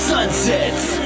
Sunsets